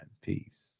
Peace